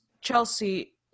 chelsea